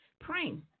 Praying